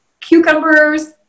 cucumbers